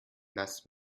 lass